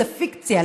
זו פיקציה.